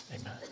amen